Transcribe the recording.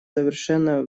совершенно